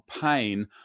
pain